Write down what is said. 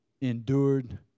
Endured